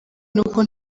nuko